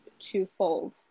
twofold